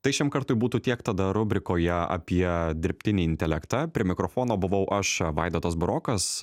tai šiam kartui būtų tiek tada rubrikoje apie dirbtinį intelektą prie mikrofono buvau aš vaidotas burokas